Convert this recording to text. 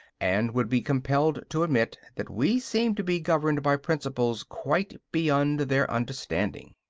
and would be compelled to admit that we seemed to be governed by principles quite beyond their understanding.